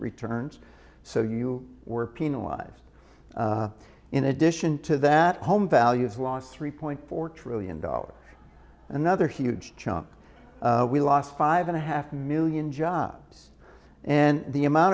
returns so you were penalized in addition to that home values lost three point four trillion dollars another huge chunk we lost five and a half million jobs and the amount